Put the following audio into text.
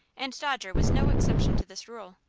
and dodger was no exception to this rule.